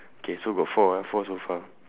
okay so got four ah four so far